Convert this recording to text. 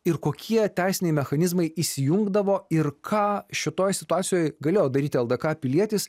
ir kokie teisiniai mechanizmai įsijungdavo ir ką šitoj situacijoj galėjo daryt ldk pilietis